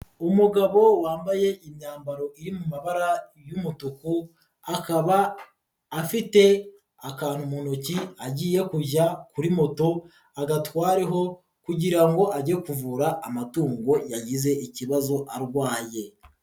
Umugabo wambaye imyambaro iri mu mabara y'umutuku, akaba afite akantu mu ntoki agiye kujya kuri moto agatwareho kugira ngo ajye kuvura amatungo yagize ikibazo arwaye.